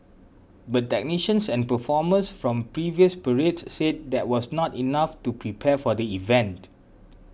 but technicians and performers from previous parades said that was not enough to prepare for the event